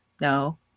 no